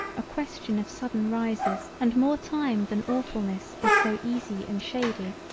a question of sudden rises and more time than awfulness is so easy and shady.